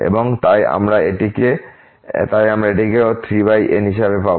এবং তাই আমরা এটি 3n হিসাবে পাব